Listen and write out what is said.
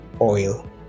oil